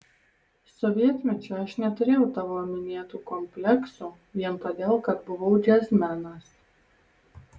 sovietmečiu aš neturėjau tavo minėtų kompleksų vien todėl kad buvau džiazmenas